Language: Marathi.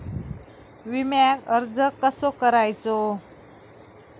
विम्याक अर्ज कसो करायचो?